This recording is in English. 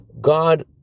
god